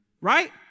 Right